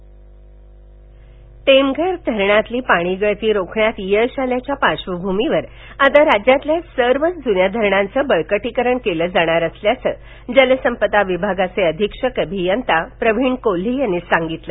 Temghar voicecast intro Temghar धरणातील पाणी गळती रोखण्यात यश आल्याच्या पार्श्वभूमीवर आता राज्यातील सर्वच जुन्या धरणांचं बळकटीकरण केलं जाणार असल्याचं जलसंपदा विभागाचे अधीक्षक अभियंता प्रवीण कोल्हे यांनी सांगितलं